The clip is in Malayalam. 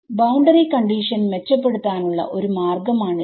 ബൌണ്ടറി കണ്ടീഷൻമെച്ചപ്പെടുത്താനുള്ള ഒരു മാർഗ്ഗമാണിത്